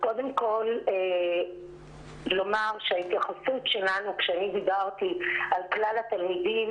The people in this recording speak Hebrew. קודם כול לומר שההתייחסות שלנו כשדיברתי על כלל התלמידים